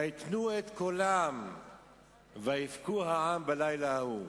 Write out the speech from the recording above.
וייתנו את קולם ויבכו העם בלילה ההוא.